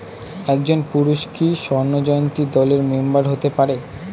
একজন পুরুষ কি স্বর্ণ জয়ন্তী দলের মেম্বার হতে পারে?